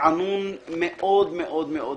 רענון מאוד מאוד גדול.